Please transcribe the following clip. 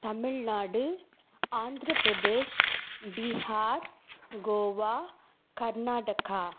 Tamil Nadu Andhra Pradesh Bihar Goa Karnataka